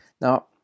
Now